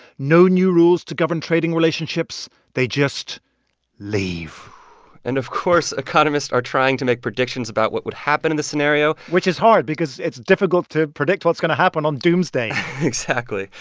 no new rules to govern trading relationships. they just leave and of course economists are trying to make predictions about what would happen in this scenario which is hard because it's difficult to predict what's going to happen on doomsday exactly.